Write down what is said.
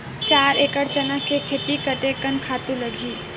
चार एकड़ चना के खेती कतेकन खातु लगही?